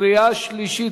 קריאה שלישית,